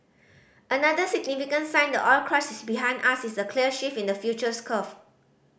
another significant sign the oil crash is behind us is the clear shift in the futures curve